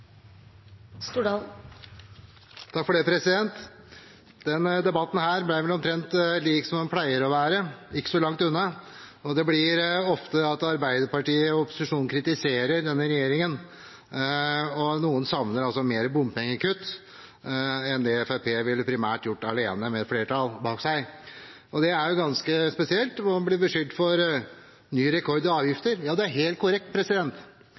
debatten ble vel omtrent slik den pleier å være – ikke så langt unna. Det blir ofte til at Arbeiderpartiet og opposisjonen kritiserer regjeringen, og noen savner mer bompengekutt – slik Fremskrittspartiet primært ville gjort alene med et flertall bak seg. Det er ganske spesielt å bli beskyldt for ny rekord i avgifter. Ja, det er helt korrekt